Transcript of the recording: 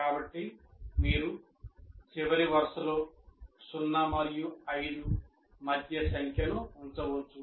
కాబట్టి మీరు చివరి వరుసలో 0 మరియు 5 మధ్య సంఖ్యను ఉంచవచ్చు